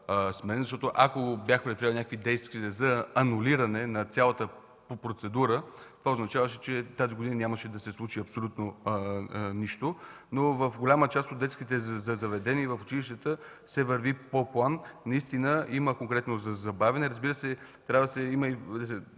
защото ако бяхме предприели действия за анулиране на цялата процедура, това означаваше, че тази година нямаше да се случи абсолютно нищо. В голяма част от детските заведения и училищата се върви по план. Има забавяне. Разбира се, трябва да се съгласите